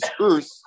earth